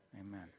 Amen